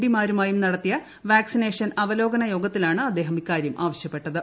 D മാരുമായും നടത്തിയ vaccination അവലോകന യോഗത്തിലാണ് അദ്ദേഹം ഇക്കാര്യം ആവശ്യപ്പെട്ടത്